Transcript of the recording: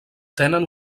tenen